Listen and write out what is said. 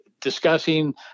discussing